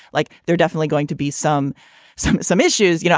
like they're definitely going to be some some some issues, you know.